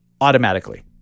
automatically